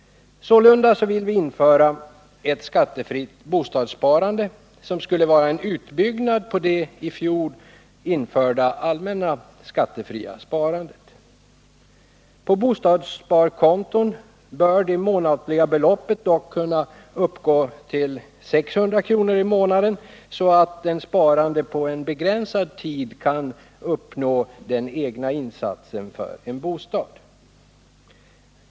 Sålunda vill vi införa ett skattefritt bostadssparande, som skulle vara en utbyggnad av det i fjol införda allmänna skattefria sparandet. På bostadssparkonton bör det månatliga beloppet dock kunna uppgå till 600 kr. per månad, så att den sparande på begränsad tid kan uppnå den egna insatsen för en bostad.